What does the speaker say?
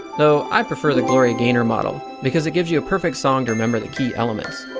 though, i prefer the gloria gaynor model, because it gives you a perfect song to remember the key elements.